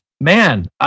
Man